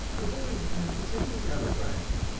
the boys have never seen a telegram.